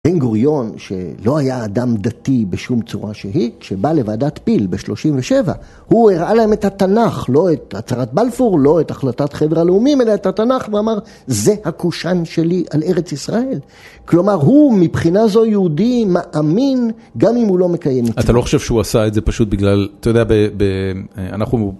בן גוריון, ש...לא היה אדם דתי בשום צורה שהיא, כשבא לועדת פיל ב-37, הוא הראה להם את התנ"ך - לא את הצהרת בלפור, לא את החלטת חבר הלאומים, אלא, את התנ"ך, ואמר, זה הקושאן שלי על ארץ ישראל. כלומר, הוא, מבחינה זו יהודי, מאמין, גם אם הוא לא מקיים מצוות. -אתה לא חושב שהוא עשה את זה פשוט בגלל, אתה יודע, ב-ב-אממ... אנחנו...